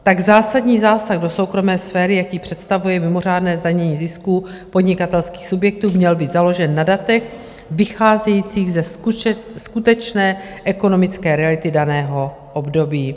Tak zásadní zásah do soukromé sféry, jaký představuje mimořádné zdanění zisků podnikatelských subjektů, měl být založen na datech vycházejících ze skutečné ekonomické reality daného období.